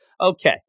Okay